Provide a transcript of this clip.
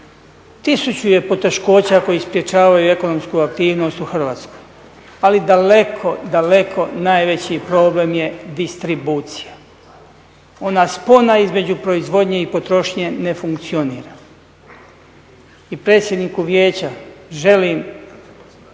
tisuću je poteškoća koji sprečavaju ekonomsku aktivnost u Hrvatskoj ali daleko, daleko najveći problem je distribucija. Ona spona između proizvodnje i potrošnje ne funkcionira. I predsjedniku vijeća želim